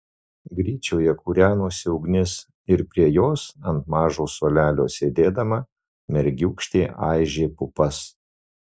gryčioje kūrenosi ugnis ir prie jos ant mažo suolelio sėdėdama mergiūkštė aižė pupas